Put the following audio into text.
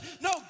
No